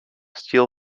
steel